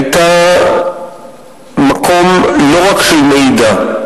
היתה מקום לא רק של מידע.